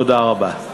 תודה רבה.